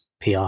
PR